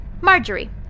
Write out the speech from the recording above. Marjorie